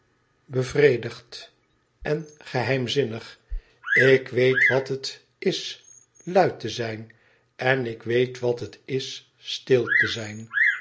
bevredigd en geheimzinnig ik weet wat het is luid te zijn en ik weet wat het is stil te zijn